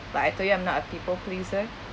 but I told you I'm not a people pleaser